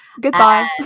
Goodbye